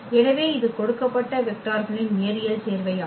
எனவே இது கொடுக்கப்பட்ட வெக்டார்களின் நேரியல் சேர்வையாகும்